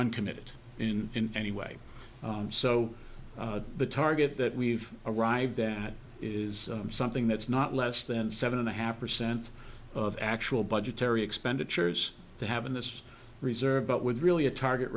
uncommitted in any way so the target that we've arrived that is something that's not less than seven and a half percent of actual budgetary expenditures they have in this reserve but with really a target